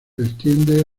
extiende